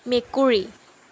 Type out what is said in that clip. মেকুৰী